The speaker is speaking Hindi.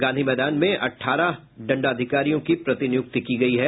गांधी मैदान में अठारह दंडाधिकारियों की प्रतिनिय्क्ति की गयी है